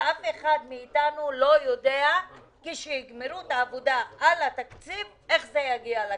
שאף אחד מאיתנו לא יודע כשיגמרו את העבודה על התקציב איך זה יגיע לכנסת,